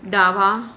डावा